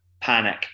panic